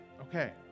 Okay